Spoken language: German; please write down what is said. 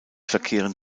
verkehren